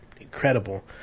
incredible